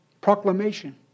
Proclamation